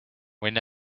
when